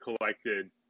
collected